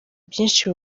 byinshi